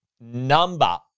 number